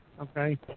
okay